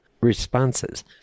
responses